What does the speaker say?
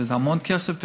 וזה המון כסף פתאום.